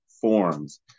forms